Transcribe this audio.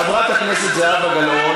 חברת הכנסת זהבה גלאון.